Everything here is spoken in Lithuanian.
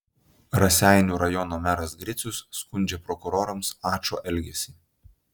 raseinių rajono meras gricius skundžia prokurorams ačo elgesį